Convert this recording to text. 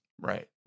Right